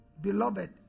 beloved